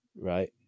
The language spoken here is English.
right